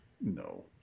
no